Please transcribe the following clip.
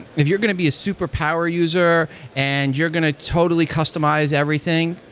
if you're going to be a superpower user and you're going to totally customize everything,